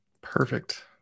Perfect